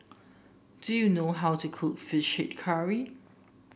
do you know how to cook fished curry